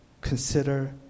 consider